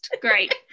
great